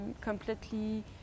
completely